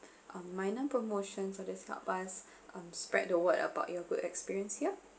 um minor promotion for this help us um spread the word about your good experience here